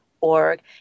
org